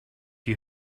you